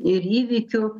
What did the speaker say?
ir įvykių